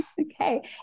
Okay